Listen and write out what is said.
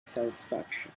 satisfaction